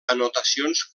anotacions